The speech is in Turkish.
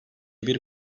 bir